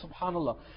subhanallah